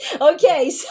Okay